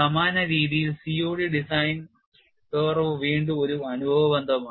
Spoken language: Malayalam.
സമാനരീതിയിൽ COD ഡിസൈൻ കർവ് വീണ്ടും ഒരു അനുഭവ ബന്ധമാണ്